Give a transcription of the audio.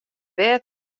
bêd